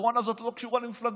הקורונה הזאת לא קשורה למפלגות,